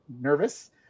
nervous